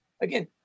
again